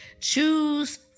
choose